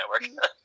network